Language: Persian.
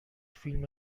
فیلم